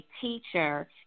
teacher